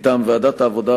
מטעם ועדת העבודה,